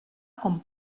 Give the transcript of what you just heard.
com